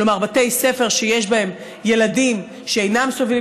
כלומר בתי ספר שיש בהם ילדים שאינם סובלים